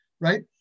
right